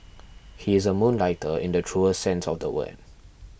he is a moonlighter in the truest sense of the word